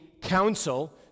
counsel